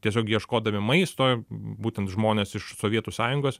tiesiog ieškodami maisto būtent žmonės iš sovietų sąjungos